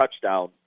touchdown